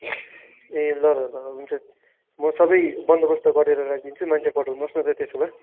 ए ल ल ल हुन्छ म सबै बन्दोबस्त गरेर राखिदिन्छु मान्छे पठाउनु होस् न त त्यसो भए